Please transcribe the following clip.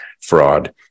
fraud